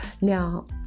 Now